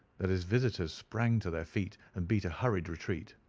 that his visitors sprang to their feet and beat a hurried retreat.